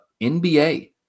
NBA